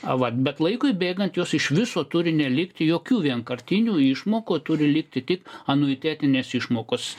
vat bet laikui bėgant jos iš viso turi nelikti jokių vienkartinių išmokų o turi likti tik anuitetinės išmokos